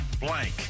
blank